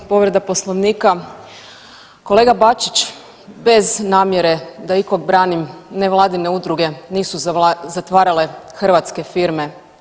238. povreda Poslovnika, kolega Bačić bez namjere da ikog branim nevladine udruge nisu zatvarale hrvatske firme.